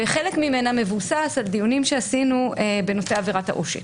חלק ממנה מבוסס על דיונים שעשינו בנושא עבירת העושק.